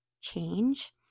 change